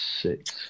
six